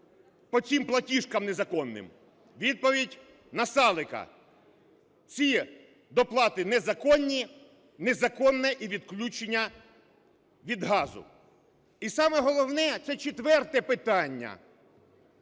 по цим платіжкам незаконним? Відповідь Насалика: ці доплати незаконні, незаконне і відключення від газу. І саме головне – це четверте питання: